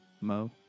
Mo